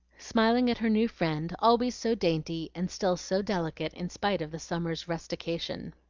smiling at her new friend, always so dainty, and still so delicate in spite of the summer's rustication.